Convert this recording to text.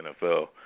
NFL